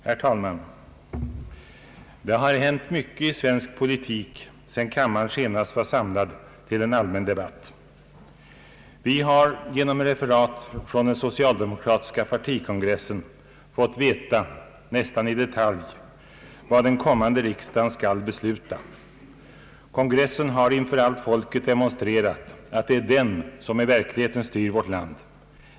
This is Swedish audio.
Herr talman! Det har hänt mycket i svensk politik sedan kammaren senast var samlad till en allmän debatt. Vi har genom referat från den socialdemokratiska partikongressen fått veta — nästan i detalj — vad den kommande riksdagen skall besluta. Kongressen har inför allt folket demonstrerat att det är den som i verkligheten styr vårt land.